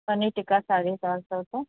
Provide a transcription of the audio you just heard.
पनीर टिक्का साढे चारि सौ रुपया